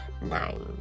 Nine